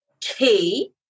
key